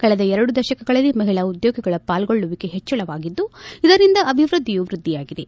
ಕಳೆದ ಎರಡು ದತಕಗಳಲ್ಲಿ ಮಹಿಳಾ ಉದ್ಯೋಗಿಗಳ ಪಾಲ್ಗೊಳ್ಳುವಿಕೆ ಹೆಚ್ಚಳವಾಗಿದ್ದು ಇದರಿಂದ ಅಭಿವೃದ್ದಿಯು ವ್ಯದ್ದಿಯಾಗಿದೆ